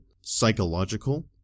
psychological